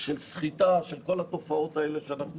של סחיטה של כל התופעות האלה שאנחנו